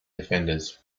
defenders